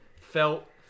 Felt